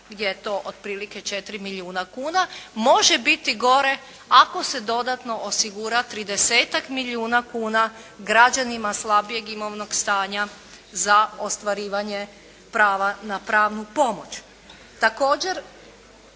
gdje je to otprilike 4 milijuna kuna može biti gore ako se dodatno osigura 30-tak milijuna kuna građanima slabijeg imovnog stanja za ostvarivanje prava na pravnu pomoć.